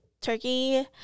turkey